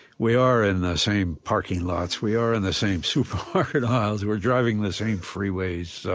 we are in the same parking lots, we are in the same supermarket aisles, we're driving the same freeways,